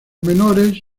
menores